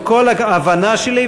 עם כל ההבנה שלי,